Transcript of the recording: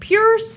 Pure